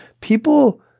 People